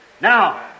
Now